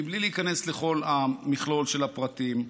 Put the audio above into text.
בלי להיכנס לכל המכלול של הפרטים,